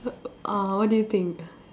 uh what do you think